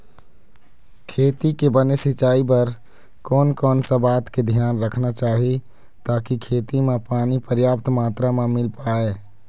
खेती के बने सिचाई बर कोन कौन सा बात के धियान रखना चाही ताकि खेती मा पानी पर्याप्त मात्रा मा मिल पाए?